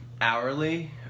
hourly